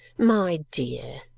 my dear,